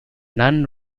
none